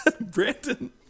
Brandon